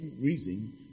reason